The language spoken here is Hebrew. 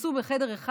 והתכנסו בחדר אחד.